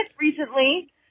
recently